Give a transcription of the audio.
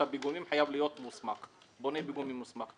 הפיגומים חייב להיות בונה פיגומים מוסמך.